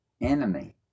enemy